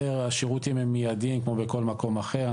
השירותים הם מיידים כמו בכל מקום אחר,